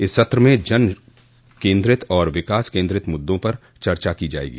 इस सत्र में जन केन्द्रित और विकास केन्द्रित मुद्दों पर चर्चा की जायेगी